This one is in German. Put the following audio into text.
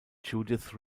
judith